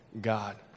God